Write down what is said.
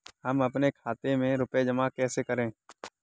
हम अपने खाते में रुपए जमा कैसे करें?